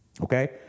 Okay